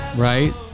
Right